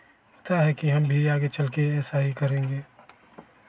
होता है कि हम भी आगे चलके ऐसा ही करेंगे